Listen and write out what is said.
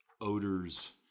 odors